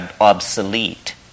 obsolete